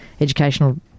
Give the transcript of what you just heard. educational